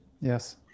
yes